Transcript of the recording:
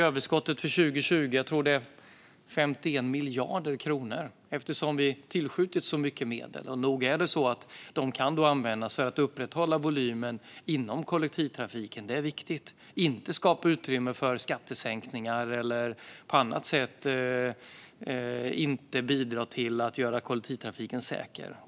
Överskottet för 2020 är 51 miljarder kronor, tror jag, eftersom vi tillskjutit så mycket medel. Och nog är det så att de kan användas för att upprätthålla volymen inom kollektivtrafiken, vilket är viktigt, och inte för att skapa utrymme för skattesänkningar eller på annat sätt inte bidra till att göra kollektivtrafiken säker.